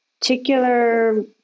particular